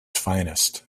finest